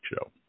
show